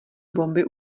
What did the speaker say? bomby